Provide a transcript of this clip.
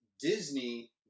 disney